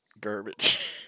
garbage